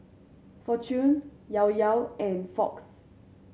Fortune Llao Llao and Fox